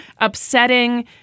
upsetting